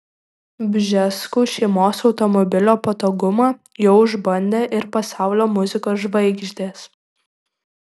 bžeskų šeimos automobilio patogumą jau išbandė ir pasaulio muzikos žvaigždės